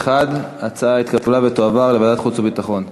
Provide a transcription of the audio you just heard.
ההצעה להעביר את הנושא לוועדת החוץ והביטחון נתקבלה.